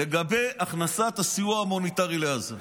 לגבי הכנסת הסיוע ההומניטרי לעזה.